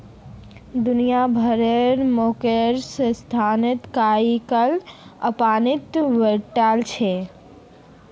दुनिया भरेर share market संस्थागत इकाईक अपनाते वॉल्छे